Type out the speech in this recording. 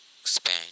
expand